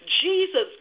Jesus